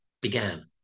began